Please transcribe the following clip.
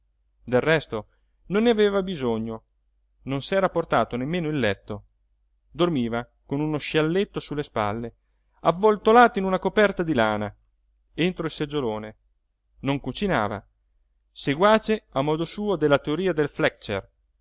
del resto non ne aveva bisogno non s'era portato nemmeno il letto dormiva con uno scialletto su le spalle avvoltolato in una coperta di lana entro il seggiolone non cucinava seguace a modo suo della teoria del